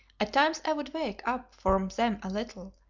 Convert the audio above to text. at times i would wake up from them a little,